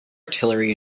artillery